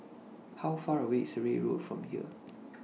How Far away IS Surrey Road from here